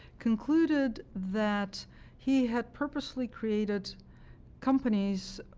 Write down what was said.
concluded that he had purposely created companies